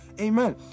Amen